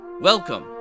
Welcome